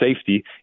safety